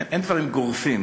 אין דברים גורפים.